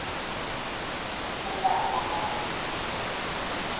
ᱛᱩᱢᱫᱟᱜ ᱴᱟᱢᱟᱠ ᱠᱚ ᱵᱟᱝ